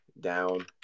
down